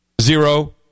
Zero